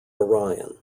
orion